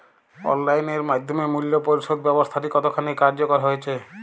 Online এর মাধ্যমে মূল্য পরিশোধ ব্যাবস্থাটি কতখানি কার্যকর হয়েচে?